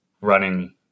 running